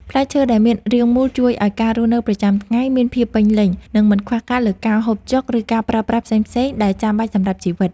ផ្លែឈើដែលមានរាងមូលជួយឱ្យការរស់នៅប្រចាំថ្ងៃមានភាពពេញលេញ និង មិនខ្វះខាតលើការហូបចុកឬការប្រើប្រាស់ផ្សេងៗដែលចាំបាច់សម្រាប់ជីវិត។